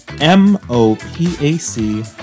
M-O-P-A-C